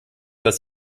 dass